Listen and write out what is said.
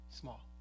small